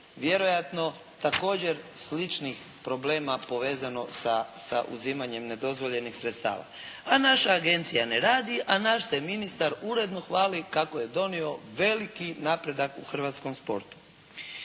Vjerojatno također sličnih problema povezano sa uzimanjem nedozvoljenih sredstava, a naša agencija ne radi, a naš se ministar uredno hvali kako je donio veliki napredak u hrvatskom sportu.